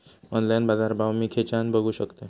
Online बाजारभाव मी खेच्यान बघू शकतय?